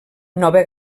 nova